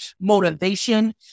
motivation